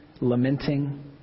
lamenting